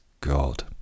God